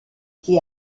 qui